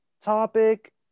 topic